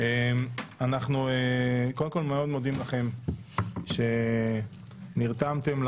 אנחנו מודים למועמדים על